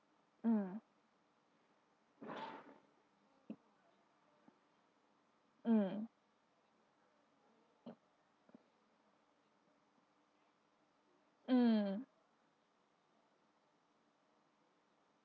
mm mm mm